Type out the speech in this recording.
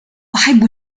أحب